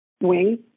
wing